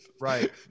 Right